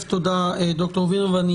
תודה, דוקטור וינר.